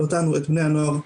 את בני הנוער,